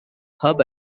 hub